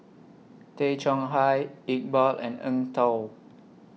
Tay Chong Hai Iqbal and Eng Tow